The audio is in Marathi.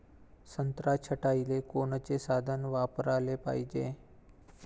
संत्रा छटाईले कोनचे साधन वापराले पाहिजे?